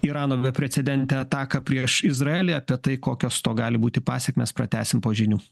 irano beprecedentę ataką prieš izraelį apie tai kokios to gali būti pasekmės pratęsim po žinių